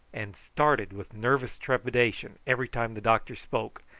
and started with nervous trepidation every time the doctor spoke,